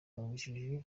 n’ubujiji